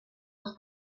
les